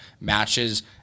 matches